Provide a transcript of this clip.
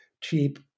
cheap